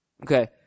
Okay